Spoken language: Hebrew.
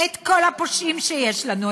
את כל הפושעים שיש לנו,